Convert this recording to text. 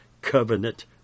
covenant